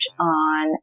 on